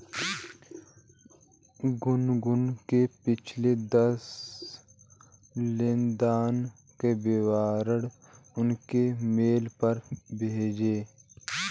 गुनगुन के पिछले दस लेनदेन का विवरण उसके मेल पर भेजिये